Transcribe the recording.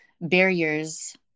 barriers